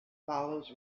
follows